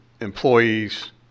employees